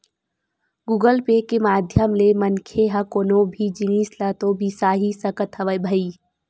Google Pay के माधियम ले मनखे ह कोनो भी जिनिस ल तो बिसा ही सकत हवय भई